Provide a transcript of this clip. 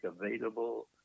available